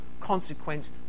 consequence